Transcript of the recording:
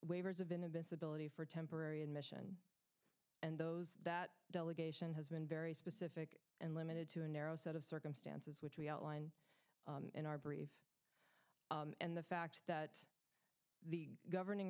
waivers of an invisibility for temporary admission and those that delegation has been very specific and limited to a narrow set of circumstances which we outline in our brief and the fact that the governing